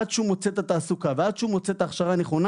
עד שהוא מוצא את התעסוקה ועד שהוא מוצא את ההכשרה הנכונה